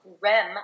REM